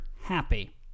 happy